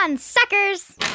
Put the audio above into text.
suckers